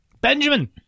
benjamin